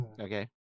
Okay